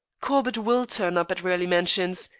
corbett will turn up at raleigh mansions,